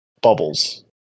bubbles